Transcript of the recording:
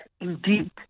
indeed